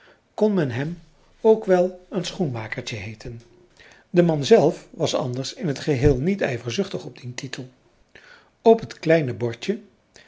kon men hem ook wel een schoenmakertje heeten de man zelf was anders in het geheel niet ijverzuchtig op dien titel op het kleine bordje